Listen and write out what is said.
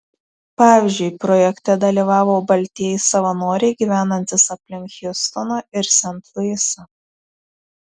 pavyzdžiui projekte dalyvavo baltieji savanoriai gyvenantys aplink hjustoną ir sent luisą